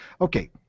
Okay